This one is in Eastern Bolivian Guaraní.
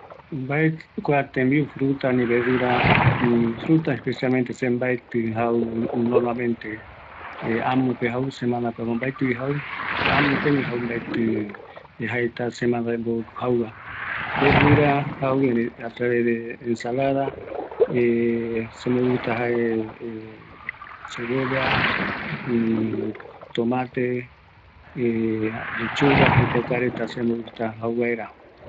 Frutas reta mbaetɨ jau, amope jau, naranja, gualele, ëreï mbaetɨ jau opaara, verdurareta, jau ensalada rupi, oïme ou jaendive yave, ëreï opa ara mbaetɨvi aeka jau vaera